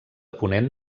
ponent